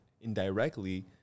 indirectly